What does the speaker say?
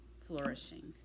flourishing